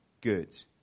good